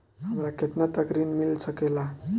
हमरा केतना तक ऋण मिल सके ला?